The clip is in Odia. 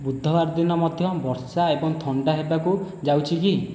ବୁଧବାର ଦିନ ମଧ୍ୟ ବର୍ଷା ଏବଂ ଥଣ୍ଡା ହେବାକୁ ଯାଉଛି କି